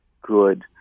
good